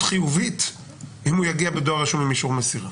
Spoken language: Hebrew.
חיובית אם הוא יגיע בדואר רשום עם אישור מסירה.